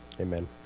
Amen